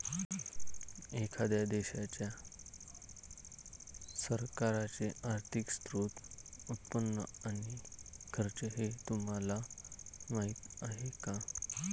एखाद्या देशाच्या सरकारचे आर्थिक स्त्रोत, उत्पन्न आणि खर्च हे तुम्हाला माहीत आहे का